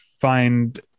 find